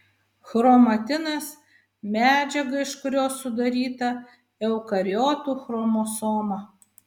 chromatinas medžiaga iš kurios sudaryta eukariotų chromosoma